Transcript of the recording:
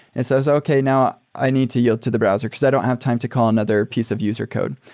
and so so okay. now, i need to yield to the browser, because i don't have time to call another piece of user code.